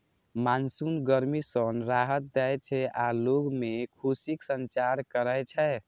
monsoon गर्मी सं राहत दै छै आ लोग मे खुशीक संचार करै छै